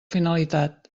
finalitat